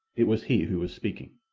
it was he who was speaking.